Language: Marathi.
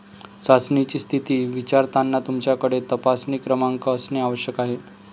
चाचणीची स्थिती विचारताना तुमच्याकडे तपासणी क्रमांक असणे आवश्यक आहे